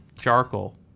charcoal